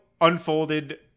unfolded